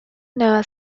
nueva